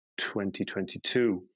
2022